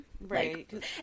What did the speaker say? Right